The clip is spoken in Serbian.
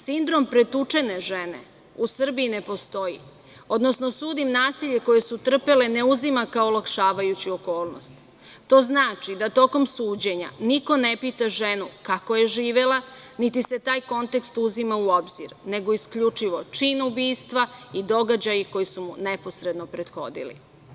Sindrom pretučene žene u Srbiji ne postoji, odnosno sud im nasilje koje su trpele, ne uzima kao olakšavajuću okolnost, a to znači da tokom suđenja niko ne pita ženu kako je živela, niti se taj kontekst uzima u obzir, nego isključivo čin ubistva i događaji koji su neposredno prethodili.